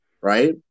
right